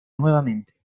nuevamente